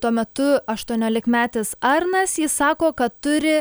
tuo metu aštuoniolikmetis arnas jis sako kad turi